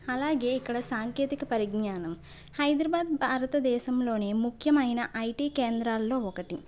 అలాగే ఇక్కడ సాంకేతిక పరిజ్ఞానం హైదరాబాద్ భారత దేశంలోనే ముఖ్యమైన ఐటీ కేంద్రాల్లో ఒకటి